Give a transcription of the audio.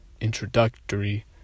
introductory